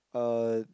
uh